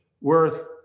worth